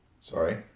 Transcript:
Sorry